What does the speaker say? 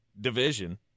division